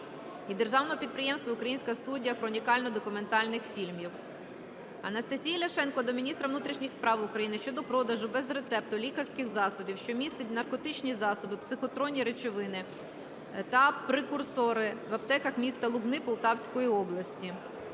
Державного підприємства "Українська студія хронікально-документальних фільмів". Анастасії Ляшенко до міністра внутрішніх справ України щодо продажу без рецепту лікарських засобів, що містять наркотичні засоби, психотропні речовини та (або) прекурсори, в аптеках міста Лубни Полтавської області.